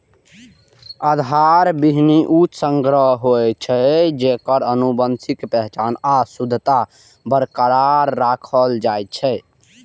आधार बीहनि ऊ संग्रह होइ छै, जेकर आनुवंशिक पहचान आ शुद्धता बरकरार राखल जाइ छै